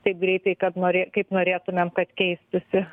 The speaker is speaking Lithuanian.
taip greitai kad norė kaip norėtumėm kad keistųsi